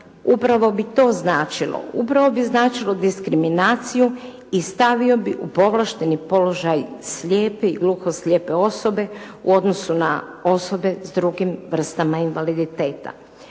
upravo bi to značilo. Upravo bi značilo diskriminaciju i stavio bi u povlašteni položaj slijepe i gluhoslijepe osobe u odnosu na osobe s drugim vrstama invaliditeta.